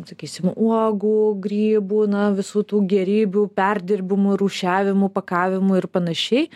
sakysim uogų grybų na visų tų gėrybių perdirbimu rūšiavimu pakavimu ir panašiai